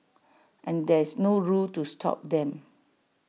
and there's no rule to stop them